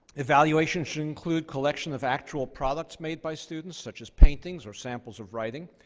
evaluation should include collection of actual products made by students, such as paintings or samples of writing.